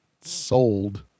sold